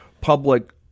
public